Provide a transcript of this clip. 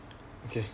okay